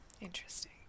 Interesting